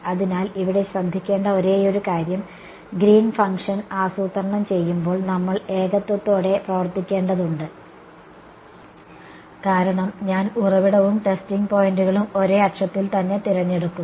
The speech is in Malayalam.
അതിനാൽ ഇവിടെ ശ്രദ്ധിക്കേണ്ട ഒരേയൊരു കാര്യം ഗ്രീൻ ഫംഗ്ഷൻ ആസൂത്രണം ചെയ്യുമ്പോൾ നമ്മൾ ഏകത്വത്തോടെ പ്രവർത്തിക്കേണ്ടതുണ്ട് കാരണം ഞാൻ ഉറവിടവും ടെസ്റ്റിംഗ് പോയിന്റുകളും ഒരേ അക്ഷത്തിൽ തന്നെ തിരഞ്ഞെടുക്കുന്നു